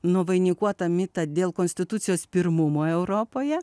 nuvainikuoti mitą dėl konstitucijos pirmumo europoje